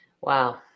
Wow